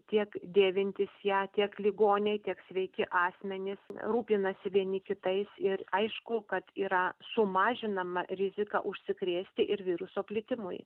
tiek dėvintys ją tiek ligoniai tiek sveiki asmenys rūpinasi vieni kitais ir aišku kad yra sumažinama rizika užsikrėsti ir viruso plitimui